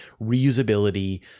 reusability